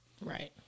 Right